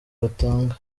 batanga